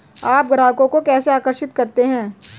आप ग्राहकों को कैसे आकर्षित करते हैं?